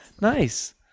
Nice